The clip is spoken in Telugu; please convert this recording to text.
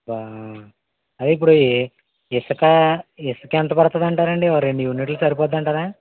అదే ఇప్పుడు ఇ ఇసుక ఇసుక ఎంతపడుతుంది అంటారండి ఒక రెండు యునిట్లు సరిపోతుందంటారా